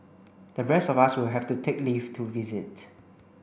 the rest of us will have to take leave to visit